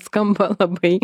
skamba labai